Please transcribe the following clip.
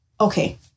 Okay